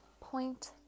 Point